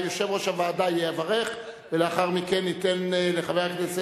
19 בעד, אין מתנגדים, אין נמנעים.